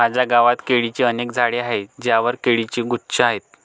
माझ्या गावात केळीची अनेक झाडे आहेत ज्यांवर केळीचे गुच्छ आहेत